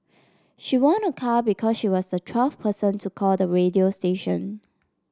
she won a car because she was the twelfth person to call the radio station